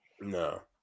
No